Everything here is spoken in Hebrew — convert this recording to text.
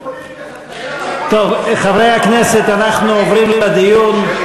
טוב, חברי הכנסת, אנחנו עוברים לדיון.